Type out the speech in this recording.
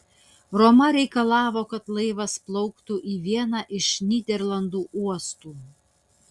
roma reikalavo kad laivas plauktų į vieną iš nyderlandų uostų